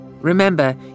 Remember